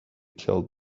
killed